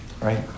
right